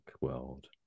world